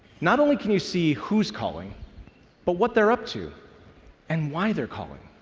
not only can you see who's calling but what they're up to and why they're calling,